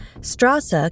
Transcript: Strasse